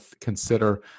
consider